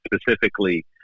specifically